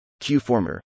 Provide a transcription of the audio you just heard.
QFormer